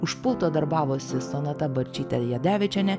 už pulto darbavosi sonata jadevičienė